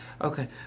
Okay